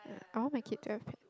I want my kid to have pet